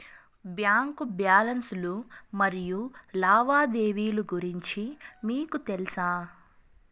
Bank balance లు మరియు లావాదేవీలు గురించి మీకు తెల్సా?